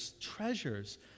treasures